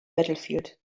battlefield